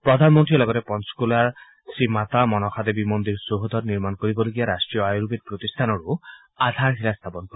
প্ৰধানমন্ত্ৰীয়ে লগতে পঞ্চকুলাৰ শ্ৰীমাতা মনসা দেৱী মন্দিৰ চৌহদত নিৰ্মাণ কৰিবলগীয়া ৰাষ্ট্ৰীয় আয়ুৰ্বেদ প্ৰতিষ্ঠানৰো আধাৰশিলা স্থাপন কৰিব